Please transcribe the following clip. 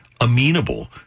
amenable